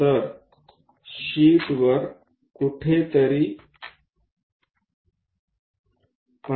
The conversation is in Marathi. तर शीटवर कुठेतरी 50 मि